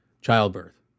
childbirth